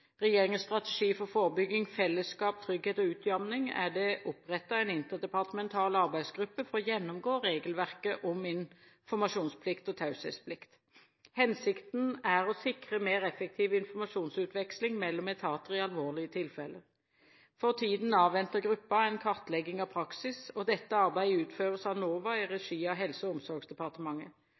regjeringens forebyggingsstrategi, Regjeringens strategi for forebygging: Fellesskap – trygghet – utjevning, er det opprettet en interdepartemental arbeidsgruppe for å gjennomgå regelverket om informasjonsplikt og taushetsplikt. Hensikten er å sikre mer effektiv informasjonsutveksling mellom etater i alvorlige tilfeller. For tiden avventer gruppen en kartlegging av praksis. Dette arbeidet utføres av NOVA i regi av Helse- og omsorgsdepartementet.